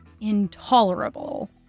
intolerable